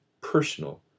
personal